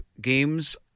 Games